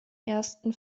ersten